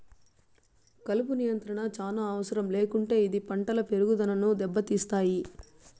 కలుపు నియంత్రణ చానా అవసరం లేకుంటే ఇది పంటల పెరుగుదనను దెబ్బతీస్తాయి